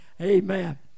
Amen